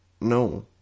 No